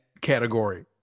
category